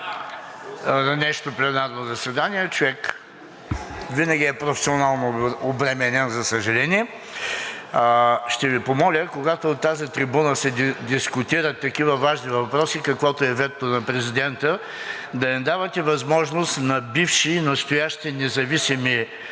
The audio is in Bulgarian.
днешното пленарно заседание. Човек винаги е професионално обременен, за съжаление. Ще Ви помоля, когато от тази трибуна се дискутират такива важни въпроси, каквото е ветото на президента, да не давате възможност на бивши и настоящи независими